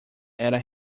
era